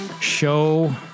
Show